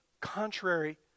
contrary